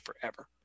forever